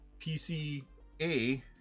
PCA